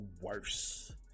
worse